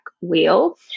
wheel